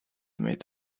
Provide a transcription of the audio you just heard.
neid